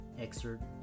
excerpt